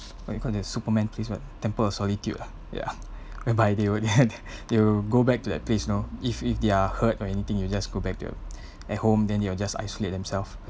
what you call that superman place what temple of solitude ah ya whereby they would head they would go back to that place you know if if they're hurt or anything you just go back there at home then you are just isolate themselves